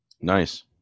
Nice